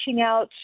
out